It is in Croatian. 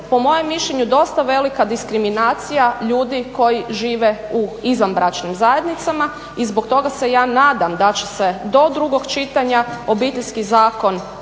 po mojem mišljenju dosta velika diskriminacija ljudi koji žive u izvanbračnim zajednicama. I zbog toga se ja nadam da će se do drugog čitanja Obiteljski zakon